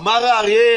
אמר האריה,